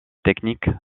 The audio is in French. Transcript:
techniques